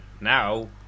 Now